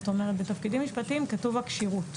בתפקידים משפטיים כתוב הכשירות.